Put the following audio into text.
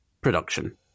Production